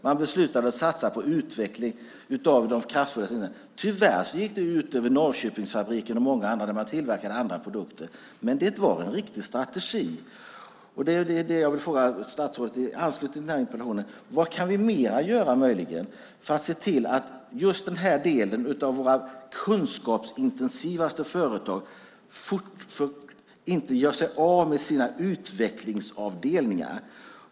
Man beslutade att satsa på utveckling av de kraftfullaste enheterna. Tyvärr gick det ut över Norrköpingsfabriken och många andra där man tillverkade andra produkter, men det var en riktig strategi. Det är det jag vill fråga statsrådet om i anslutning till den här interpellationen: Vad mer kan vi möjligen göra för att se till att just den här delen av våra kunskapsintensivaste företag inte gör sig av med sina utvecklingsavdelningar?